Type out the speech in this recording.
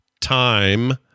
time